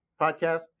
podcast